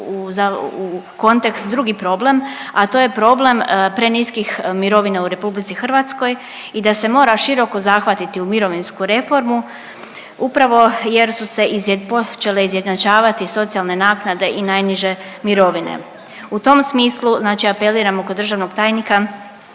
u kontekst drugi problem, a to je problem preniskih mirovina u RH i da se mora široko zahvatiti u mirovinsku reformu upravo jer su se počele izjednačavati socijalne naknade i najniže mirovine. U tom smislu znači apeliramo kod državnog tajnika